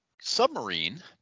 submarine